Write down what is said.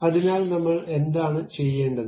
അതിനാൽ നമ്മൾ എന്താണ് ചെയ്യേണ്ടത്